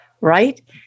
right